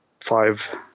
five